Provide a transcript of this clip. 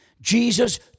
Jesus